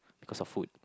because of food